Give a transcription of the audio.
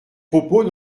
propos